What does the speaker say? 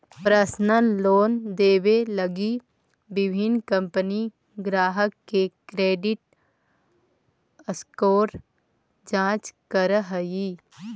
personal loan देवे लगी विभिन्न कंपनि ग्राहक के क्रेडिट स्कोर जांच करऽ हइ